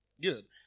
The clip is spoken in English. Good